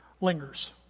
lingers